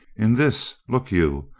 in this, look you,